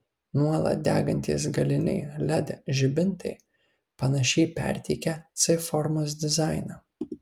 nuolat degantys galiniai led žibintai panašiai perteikia c formos dizainą